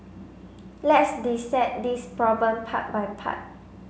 let's dissect this problem part by part